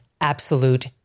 absolute